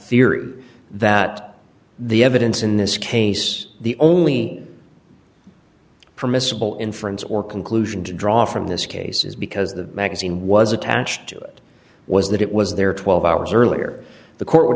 theory that the evidence in this case the only permissible inference or conclusion to draw from this case is because the magazine was attached to it was that it was there twelve hours earlier the court would